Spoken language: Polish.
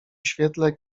świetle